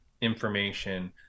information